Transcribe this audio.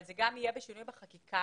אבל זה גם יהיה בשינוי בחקיקה,